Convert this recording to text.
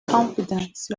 confidence